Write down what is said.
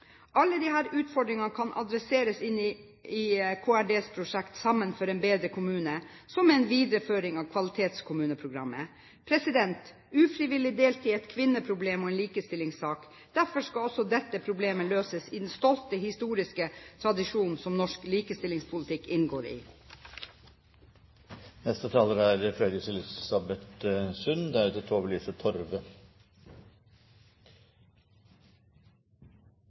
Alle disse utfordringene kan adresseres inn i Kommunal- og regionaldepartementets prosjekt Sammen om en bedre kommune, som er en videreføring av Kvalitetskommuneprogrammet. Ufrivillig deltid er et kvinneproblem og en likestillingssak. Derfor skal også dette problemet løses i den stolte historiske tradisjon som norsk likestillingspolitikk inngår i. Det er